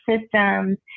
systems